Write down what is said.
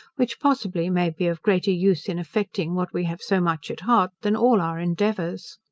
which possibly may be of greater use in effecting what we have so much at heart, than all our endeavours.